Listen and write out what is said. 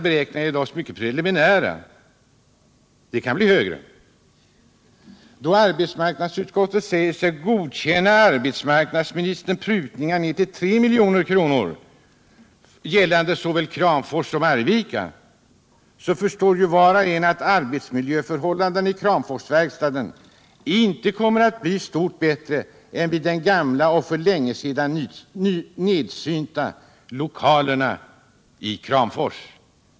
Beräkningarna är dock mycket preliminära, och kostnaderna kan bli högre. Då arbetsmarknadsutskottet säger sig godta arbetsmarknadsministerns prutningar ned till 3 milj.kr., gällande såväl Kramfors som Arvika, förstår ju var och en att arbetsmiljöförhållandena i Kramforsverkstaden inte kommer att bli stort bättre än i de gamla och för länge sedan nedslitna lokalerna i Kramfors.